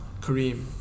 Kareem